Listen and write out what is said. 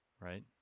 right